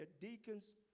deacons